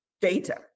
data